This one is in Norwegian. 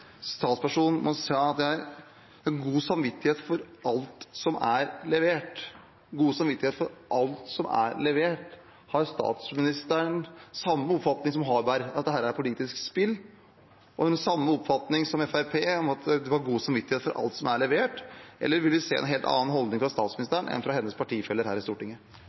som sa at vedkommende hadde god samvittighet for alt som er levert – god samvittighet for alt som er levert? Har statsministeren samme oppfatning som Svein Harberg, om et politisk spill, og samme oppfatning som Fremskrittspartiet – god samvittighet for alt som er levert? Eller vil vi se en helt annen holdning fra statsministeren enn fra hennes partifeller her i Stortinget?